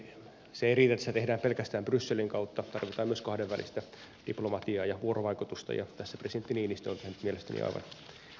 ei riitä että sitä tehdään pelkästään brysselin kautta tarvitaan myös kahdenvälistä diplomatiaa ja vuorovaikutusta ja tässä presidentti niinistö on tehnyt mielestäni aivan hyvää työtä